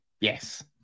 Yes